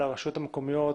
לרשויות המקומיות,